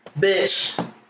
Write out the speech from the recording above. Bitch